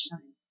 shine